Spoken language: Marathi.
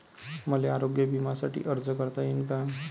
मले आरोग्य बिम्यासाठी अर्ज करता येईन का?